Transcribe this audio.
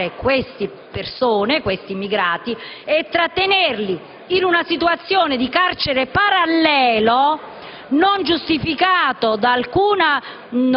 arrestare gli immigrati e trattenerli in una situazione di carcere parallelo, non giustificato da alcuna